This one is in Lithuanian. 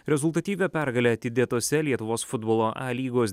rezultatyvią pergalę atidėtose lietuvos futbolo a lygos